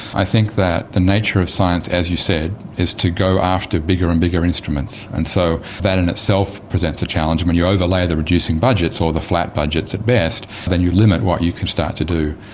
i think that the nature of science, as you said, is to go after bigger and bigger instruments, and so that in itself presents a challenge. when you overlay the reducing budgets or the flat budgets at best, then you limit what you can start to do.